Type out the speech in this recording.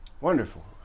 Wonderful